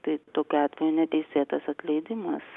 tai tokiu atveju neteisėtas atleidimas